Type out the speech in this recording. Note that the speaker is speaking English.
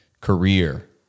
career